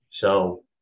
So-